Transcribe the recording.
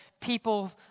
people